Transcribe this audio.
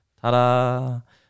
Ta-da